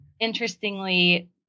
Interestingly